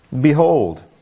Behold